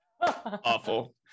Awful